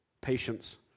Patience